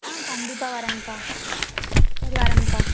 ஆ கண்டிப்பாக வர்றேங்க்கா சரி வர்றேங்க்கா